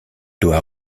doit